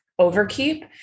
overkeep